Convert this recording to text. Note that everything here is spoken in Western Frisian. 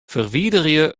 ferwiderje